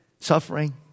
Suffering